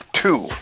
two